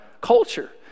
culture